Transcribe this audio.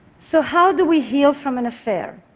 so how do we heal from an affair?